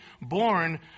born